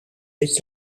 dit